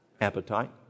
Appetite